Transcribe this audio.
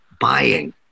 buying